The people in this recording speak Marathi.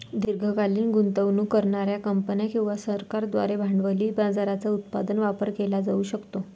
दीर्घकालीन गुंतवणूक करणार्या कंपन्या किंवा सरकारांद्वारे भांडवली बाजाराचा उत्पादक वापर केला जाऊ शकतो